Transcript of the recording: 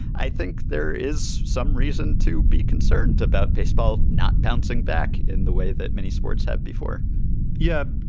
i think there is some reason to be concerned about baseball not bouncing back in the way that many sports have before yeah,